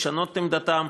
לשנות את עמדתם,